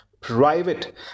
private